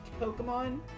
Pokemon